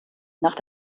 nach